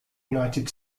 united